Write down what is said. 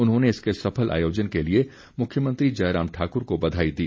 उन्होंने इसके सफल आयोजन के लिए मुख्यमंत्री जयराम ठाकुर को बधाई दी